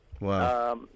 Wow